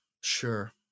Sure